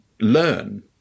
learn